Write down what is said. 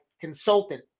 consultant